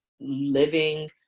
living